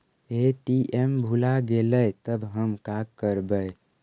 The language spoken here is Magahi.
ए.टी.एम भुला गेलय तब हम काकरवय?